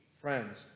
friends